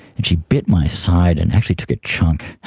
and she bit my side and actually took a chunk